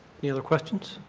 any other questions?